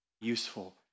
Useful